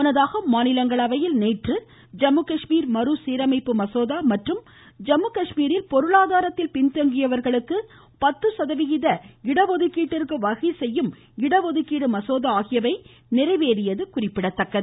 முன்னதாக மாநிலங்களவையில் நேற்று ஜம்முகாஷ்மீர் மறுசீரமைப்பு மசோதா மற்றும் ஜம்முகாஷ்மீரில் பொருளாதாரத்தில் பின்தங்கியவர்களுக்கு பத்து சதவீத இடஒதுக்கீட்டிற்கு வகை செய்யும் இடஒதுக்கீடு மசோதா ஆகியவை நிறைவேறியது குறிப்பிடத்தக்கது